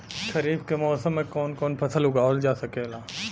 खरीफ के मौसम मे कवन कवन फसल उगावल जा सकेला?